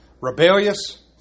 rebellious